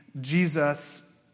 Jesus